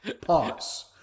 Pause